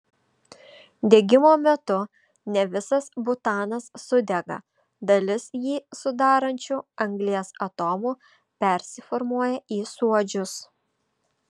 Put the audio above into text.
degimo metu ne visas butanas sudega dalis jį sudarančių anglies atomų persiformuoja į suodžius